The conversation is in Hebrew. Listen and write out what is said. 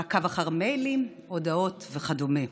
מעקב אחרי מיילים, הודעות וכדומה.